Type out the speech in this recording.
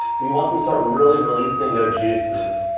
we want them to start really releasing their juices.